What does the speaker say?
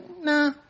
nah